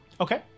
Okay